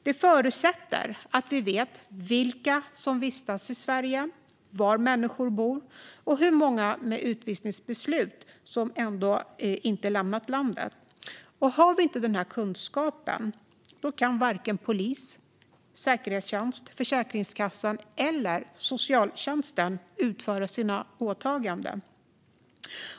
Detta förutsätter att vi vet vilka som vistas i Sverige, var människor bor och hur många med utvisningsbeslut som inte lämnat landet. Har vi inte den här kunskapen kan varken polisen, säkerhetstjänsten, Försäkringskassan eller socialtjänsten utföra sina åtaganden.